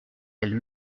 elles